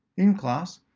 in class,